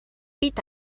pit